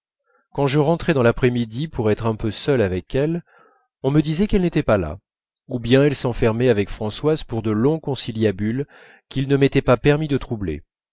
quand je rentrais dans l'après-midi pour être un peu seul avec elle on me disait qu'elle n'était pas là ou bien elle s'enfermait avec françoise pour de longs conciliabules qu'il ne m'était pas permis de troubler